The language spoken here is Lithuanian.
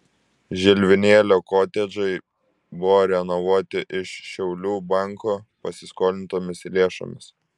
žilvinėlio kotedžai buvo renovuoti iš šiaulių banko pasiskolintomis lėšomis